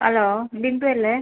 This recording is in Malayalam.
ഹലോ ബിന്ദു അല്ലേ